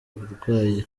uburwayi